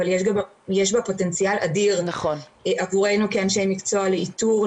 אבל יש בה פוטנציאל אדיר עבורנו כאנשי מקצוע לאיתור,